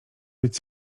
być